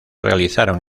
realizaron